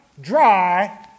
dry